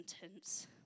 sentence